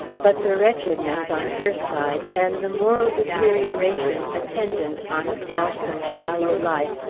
but the wretchedness on her side, and the moral deterioration attendant on a false and shallow life,